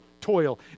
toil